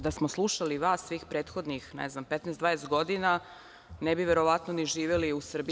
Da smo slušali vas svih prethodnih 15, 20 godina ne bi verovatno ni živeli u Srbiji.